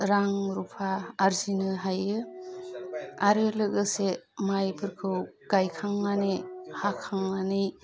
रां रुफा आरजिनो हायो आरो लोगोसे माइफोरखौ गायखांनानै हाखांनानै